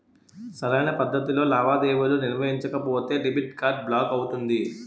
సరైన పద్ధతిలో లావాదేవీలు నిర్వహించకపోతే డెబిట్ కార్డ్ బ్లాక్ అవుతుంది